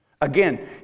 Again